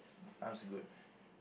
I was good